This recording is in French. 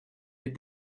est